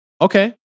Okay